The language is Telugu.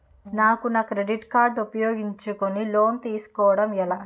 నాకు నా క్రెడిట్ కార్డ్ ఉపయోగించుకుని లోన్ తిస్కోడం ఎలా?